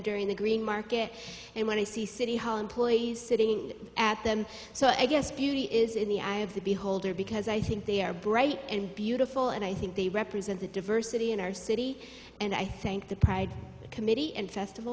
during the green market and when i see city hall employees sitting at them so i guess beauty is in the eye of the beholder because i think they are bright and beautiful and i think they represent the diversity in our city and i think the pride committee and festival